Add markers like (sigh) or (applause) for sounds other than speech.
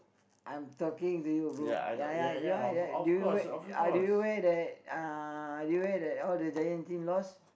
I'm talking to you bro (noise) ya ya do you why that do you why uh do you why that uh do you why that all the giant team lost